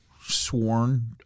sworn